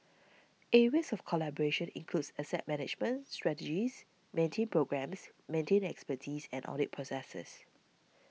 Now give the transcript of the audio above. areas of collaboration includes asset management strategies maintenance programmes maintenance expertise and audit processes